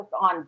on